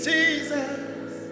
Jesus